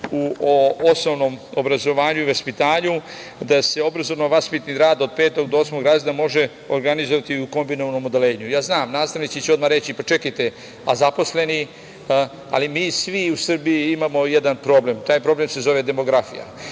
o osnovnom obrazovanju i vaspitanju, da se obrazovno vaspitni rad od petog do osmog razreda može organizovati u kombinovanom odeljenju. Ja znam, nastavnici će odmah reći – pa, čekajte, a zaposleni? Ali, mi svi u Srbiji imamo jedan problem, a taj problem se zove demografija.